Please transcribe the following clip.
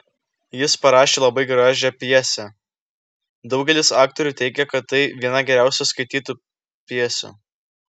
jis parašė labai gražią pjesę daugelis aktorių teigia kad tai viena geriausių skaitytų pjesių